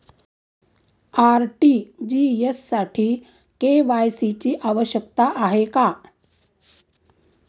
RTGS साठी KYC ची आवश्यकता आहे का?